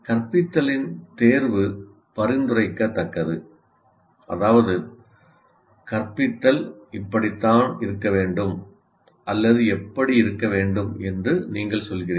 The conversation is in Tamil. கற்பித்தலின் தேர்வு பரிந்துரைக்கத்தக்கது அதாவது "கற்பித்தல் இப்படித்தான் இருக்க வேண்டும் அல்லது எப்படி இருக்க வேண்டும்" என்று நீங்கள் சொல்கிறீர்கள்